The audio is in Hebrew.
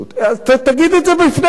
תגיד את זה בפני המנגנון.